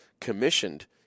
commissioned